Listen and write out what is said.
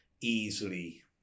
easily